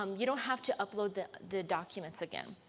um you don't have to upload the the documents again,